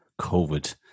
COVID